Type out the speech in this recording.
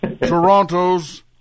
Toronto's